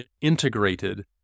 integrated